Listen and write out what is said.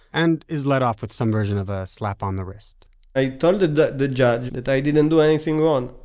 and is let off with some version of a slap on the wrist i told ah the the judge that i didn't do anything wrong,